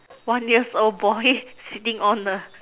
one years old boy sitting on the